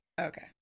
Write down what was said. Okay